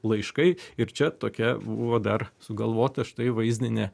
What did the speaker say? laiškai ir čia tokia buvo dar sugalvota štai vaizdinė